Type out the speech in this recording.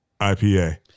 IPA